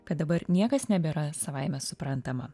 kad dabar niekas nebėra savaime suprantama